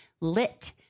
Lit